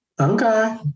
Okay